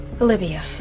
Olivia